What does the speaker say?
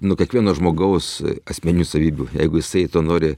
nuo kiekvieno žmogaus asmeninių savybių jeigu jisai to nori